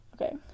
Okay